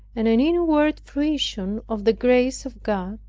and an inward fruition of the grace of god,